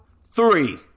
three